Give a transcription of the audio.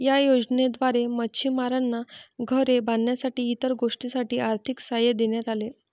या योजनेद्वारे मच्छिमारांना घरे बांधण्यासाठी इतर गोष्टींसाठी आर्थिक सहाय्य देण्यात आले